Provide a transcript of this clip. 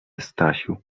stasiu